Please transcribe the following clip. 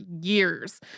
years